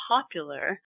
popular